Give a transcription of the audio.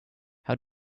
how